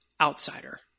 outsider